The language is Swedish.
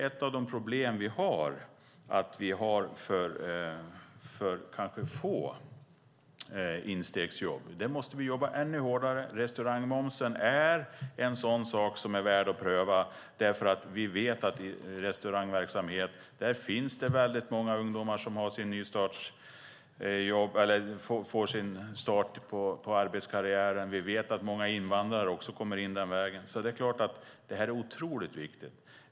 Ett av de problem vi har är att vi kanske har för få instegsjobb. Där måste vi jobba ännu hårdare. Restaurangmomsen är en sådan sak som är värd att pröva. Vi vet att i restaurangverksamhet finns det väldigt många ungdomar som får sin start på arbetskarriären. Vi vet att många invandrare också kommer in den vägen. Det är otroligt viktigt.